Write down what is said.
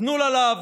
תנו לה לעבוד.